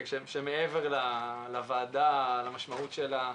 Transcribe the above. מעבר לוועדה, למשמעות שלה,